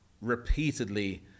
repeatedly